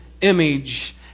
image